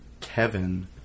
Kevin